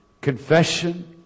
Confession